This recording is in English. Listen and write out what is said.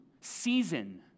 season